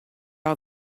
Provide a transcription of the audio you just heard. all